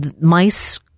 Mice